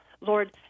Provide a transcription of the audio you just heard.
Lord